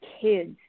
kids